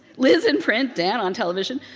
liz in print, dan on television,